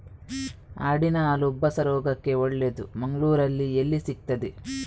ಆಡಿನ ಹಾಲು ಉಬ್ಬಸ ರೋಗಕ್ಕೆ ಒಳ್ಳೆದು, ಮಂಗಳ್ಳೂರಲ್ಲಿ ಎಲ್ಲಿ ಸಿಕ್ತಾದೆ?